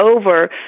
over